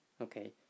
okay